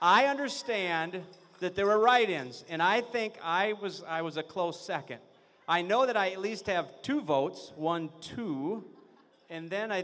i understand that there were write ins and i think i was i was a close second i know that i have two votes one two and then i